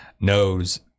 knows